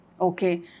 Okay